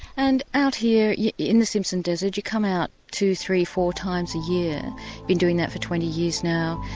and out here yeah in the simpson desert you come out two, three, four times a year, you've been doing that for twenty years now,